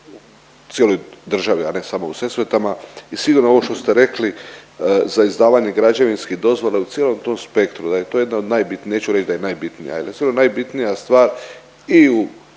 u cijeloj državi, a ne samo u Sesvetama i sigurno ovo što ste rekli za izdavanje građevinskih dozvola u cijelom tom spektru da je to jedna od najbitni…neću reć da je najbitnija jel, a sigurno najbitnija stvar i u